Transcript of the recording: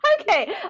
Okay